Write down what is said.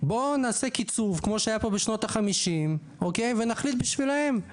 בוא נעשה קיצוב כמו שהיה פה בשנות ה-50 ונחליט בשבילם,